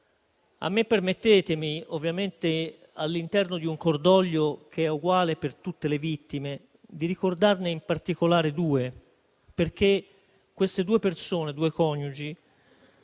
Permettetemi, ovviamente all'interno di un cordoglio che è uguale per tutte le vittime, di ricordarne in particolare due, perché queste due persone - due coniugi,